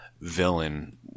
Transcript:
villain